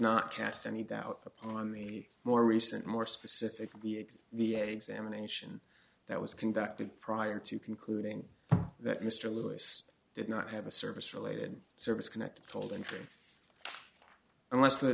not cast any doubt upon me more recent more specifically the v a examination that was conducted prior to concluding that mr lewis did not have a service related service connected told and unless th